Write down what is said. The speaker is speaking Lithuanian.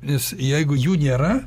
nes jeigu jų nėra